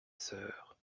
sœur